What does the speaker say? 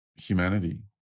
humanity